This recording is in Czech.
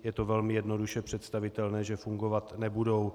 Je to velmi jednoduše představitelné, že fungovat nebudou.